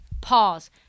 Pause